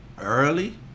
early